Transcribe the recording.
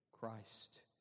Christ